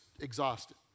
exhausted